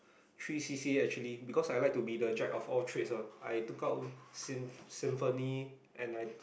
three c_c_a actually because I like to be the Jack of all trades ah I took out sym~ symphony and I